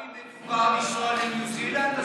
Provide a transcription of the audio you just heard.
גם אם מדובר בלנסוע לניו זילנד,